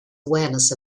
awareness